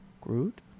Groot